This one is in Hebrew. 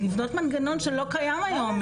זה לבנות מנגנון שלא קיים היום,